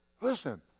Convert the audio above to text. Listen